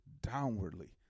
downwardly